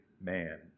man